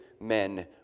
men